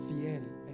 fiel